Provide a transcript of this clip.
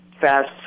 fast